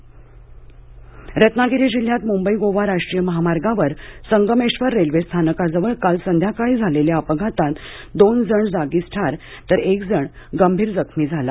अपघात रत्नागिरी जिल्ह्यात मुंबई गोवा राष्ट्रीय महामार्गावर संगमेश्वर रेल्वेस्थानकाजवळ काल संध्याकाळी झालेल्या अपघातात दोघे जण जागीच ठार तर एक जण गंभीर जखमी झाला